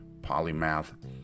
Polymath